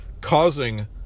causing